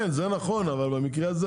זה לא המקרה.